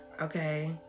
okay